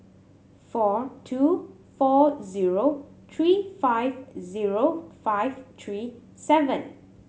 four two four zero three five zero five three seven